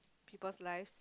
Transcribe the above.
people's lives